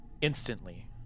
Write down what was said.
Instantly